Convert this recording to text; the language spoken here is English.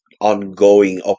ongoing